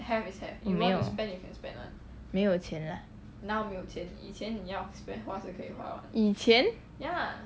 我没有没有钱 lah 以前